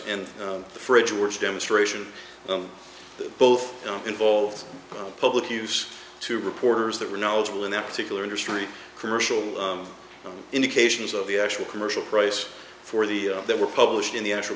and the fridge words demonstration both involved public use to reporters that were knowledgeable in that particular industry commercial indications of the actual commercial price for the that were published in the actual